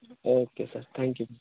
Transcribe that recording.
او کے sir thank you